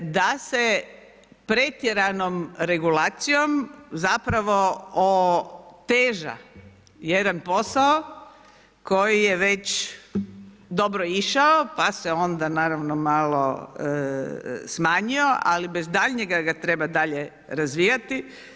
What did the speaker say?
Da se pretjeranom regulacijom zapravo oteža jedan posao koji je već dobro išao, pa se onda naravno malo smanjio, ali bez daljnjega ga treba dalje razvijati.